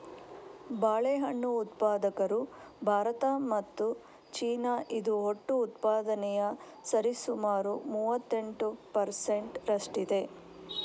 ಬಾಳೆಹಣ್ಣು ಉತ್ಪಾದಕರು ಭಾರತ ಮತ್ತು ಚೀನಾ, ಇದು ಒಟ್ಟು ಉತ್ಪಾದನೆಯ ಸರಿಸುಮಾರು ಮೂವತ್ತೆಂಟು ಪರ್ ಸೆಂಟ್ ರಷ್ಟಿದೆ